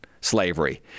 slavery